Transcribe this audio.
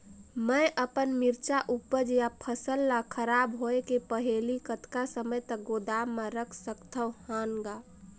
मैं अपन मिरचा ऊपज या फसल ला खराब होय के पहेली कतका समय तक गोदाम म रख सकथ हान ग?